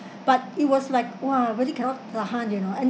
but it was like !wah! really cannot tahan you know and